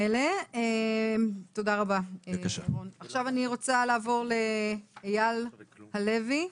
אני רוצה לעבור לאייל הלוי,